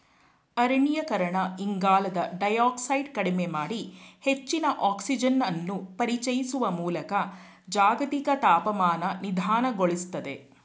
ಅರಣ್ಯೀಕರಣ ಇಂಗಾಲದ ಡೈಯಾಕ್ಸೈಡ್ ಕಡಿಮೆ ಮಾಡಿ ಹೆಚ್ಚಿನ ಆಕ್ಸಿಜನನ್ನು ಪರಿಚಯಿಸುವ ಮೂಲಕ ಜಾಗತಿಕ ತಾಪಮಾನ ನಿಧಾನಗೊಳಿಸ್ತದೆ